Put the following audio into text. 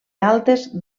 altes